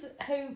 hope